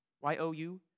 Y-O-U